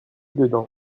dedans